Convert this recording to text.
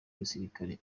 gisirikare